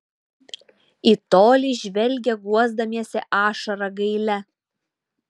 į tolį žvelgia guosdamiesi ašara gailia